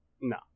no